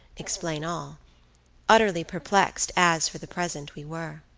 explain all utterly perplexed as, for the present, we were.